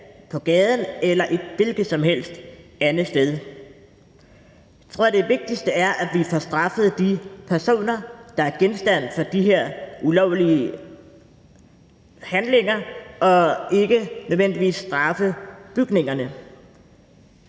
på gaden eller et hvilket som helst andet sted. Jeg tror, at det vigtigste er, at vi får straffet de personer, der begår de her ulovlige handlinger, og ikke nødvendigvis straffer bygningerne.